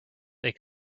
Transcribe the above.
they